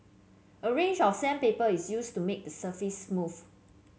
a range of sandpaper is used to make the surface smooth